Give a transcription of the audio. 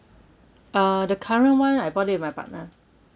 uh the current [one] I bought it with my partner